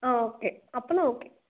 ஆ okay அப்போனா okay